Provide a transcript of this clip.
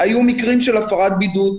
היו מקרים של הפרת בידוד.